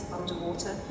underwater